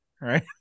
right